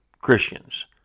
Christians